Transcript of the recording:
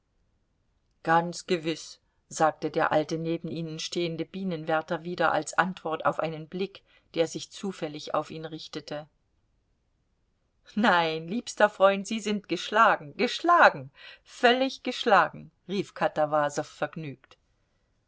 ganz gewiß sagte der alte neben ihnen stehende bienenwärter wieder als antwort auf einen blick der sich zufällig auf ihn richtete nein liebster freund sie sind geschlagen geschlagen völlig geschlagen rief katawasow vergnügt